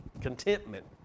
contentment